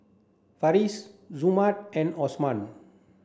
Farish Zamrud and Osman